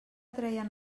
treien